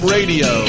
Radio